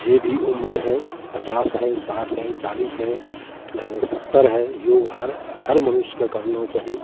जे भी उम्र होइ पचास हो साठि होइ चालिस होइ नइ नइ सत्तर होइ योग हर हर मनुष्यके करना चाही